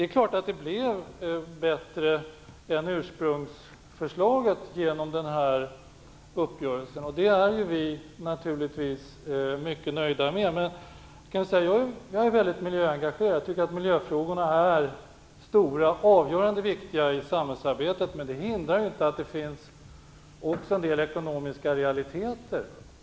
Resultatet blev bättre än ursprungsförslaget genom denna uppgörelse, vilket vi naturligtvis är mycket nöjda med. Jag är mycket miljöengagerad och anser att miljöfrågorna är stora, viktiga och avgörande i samhällsarbetet. Men det hindrar inte att det även finns en del ekonomiska realiteter.